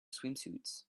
swimsuits